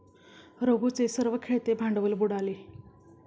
रघूचे सर्व खेळते भांडवल बुडाले